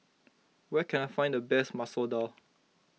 where can I find the best Masoor Dal